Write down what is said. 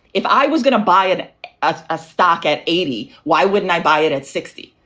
if i was going to buy it as a stock at eighty, why wouldn't i buy it at sixty?